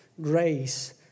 Grace